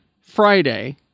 Friday